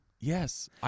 Yes